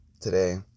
today